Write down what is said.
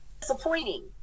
disappointing